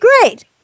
great